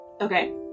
Okay